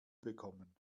bekommen